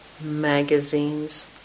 magazines